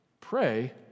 pray